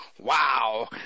wow